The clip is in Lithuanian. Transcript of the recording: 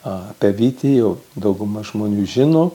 apie vytį jau dauguma žmonių žino